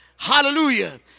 Hallelujah